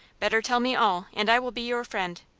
better tell me all, and i will be your friend.